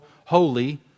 holy